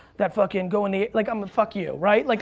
that fucking go. and like i'm gonna fuck you, right? like